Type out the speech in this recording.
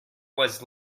was